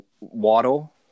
Waddle